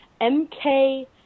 MK